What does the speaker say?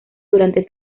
durante